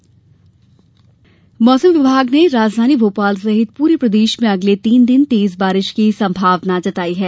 मौसम बारिश मौसम विभाग ने राजधानी भोपाल सहित पूरे प्रदेश में अगले तीन दिन तेज बारिश की संभावना जताई है